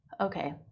Okay